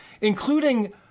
including